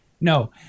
no